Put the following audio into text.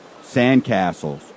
Sandcastles